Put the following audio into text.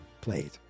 played